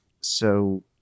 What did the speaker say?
So-